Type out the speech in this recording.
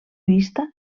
vista